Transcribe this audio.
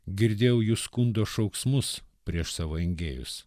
girdėjau jų skundo šauksmus prieš savo engėjus